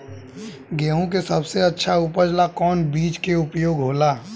गेहूँ के सबसे अच्छा उपज ला कौन सा बिज के उपयोग होला?